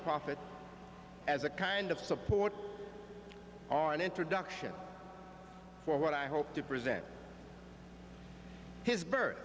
prophet as a kind of support or an introduction for what i hope to present his birth